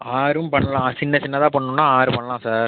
ஆறும் பண்ணலாம் சின்ன சின்னதாக பண்ணனும்ன்னா ஆறு பண்ணலாம் சார்